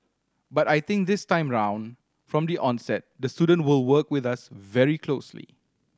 but I think this time around from the onset the student will work with us very closely